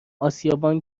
اسیابان